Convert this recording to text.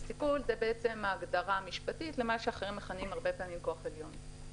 וסיכול זה ההגדרה המשפטית למה שאחרים מכנים הרבה פעמים כוח עליון.